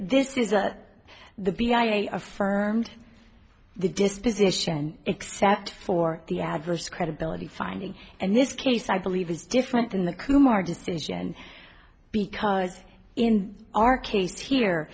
this is the be i affirmed the disposition except for the adverse credibility finding and this case i believe is different than the kumar decision because in our case here